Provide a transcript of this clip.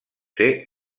ser